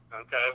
Okay